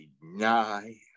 deny